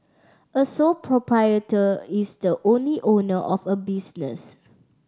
a sole proprietor is the only owner of a business